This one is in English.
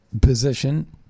position